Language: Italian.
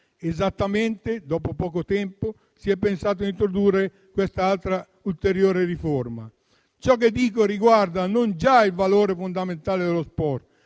Ebbene, dopo poco tempo si è pensato di introdurre questa ulteriore riforma. Ciò che dico riguarda non già il valore fondamentale dello sport,